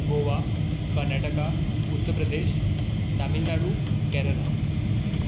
Goa Karnataka Uttar Pradesh Tamil Nadu Kerala